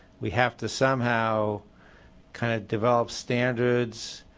we have to somehow kind of develop standards.